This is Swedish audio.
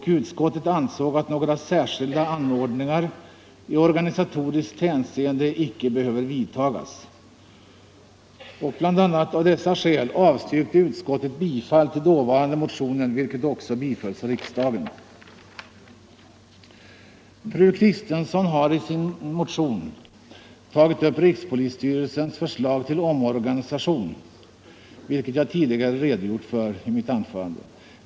Utskottet ansåg att några särskilda anordningar i organisatoriskt hänseende icke behöver vidtagas. Bl. a. av dessa skäl avstyrkte utskottet motionen, och riksdagen följde utskottets förslag. Fru Kristensson har i sin motion tagit upp rikspolisstyrelsens förslag till omorganisation, vilket jag tidigare redogjort för i mitt anförande.